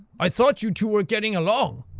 i thought you two were getting along?